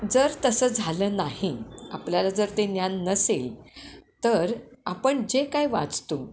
जर तसं झालं नाही आपल्याला जर ते ज्ञान नसेल तर आपण जे काय वाचतो